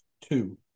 Two